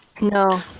No